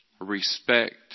respect